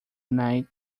night